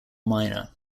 minor